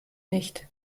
nicht